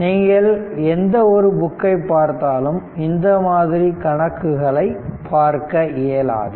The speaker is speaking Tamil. நீங்கள் எந்த ஒரு புக்கை பார்த்தாலும் இந்த மாதிரி கணக்குகளை பார்க்க இயலாது